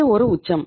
இது ஒரு உச்சம்